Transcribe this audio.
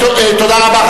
תודה רבה.